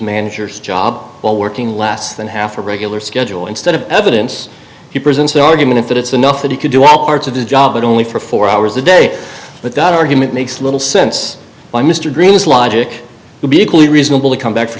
manager's job while working less than half a regular schedule instead of evidence you present the argument that it's enough that he could do all parts of the job but only for four hours a day but that argument makes little sense by mr green's logic to be equally reasonable to come back for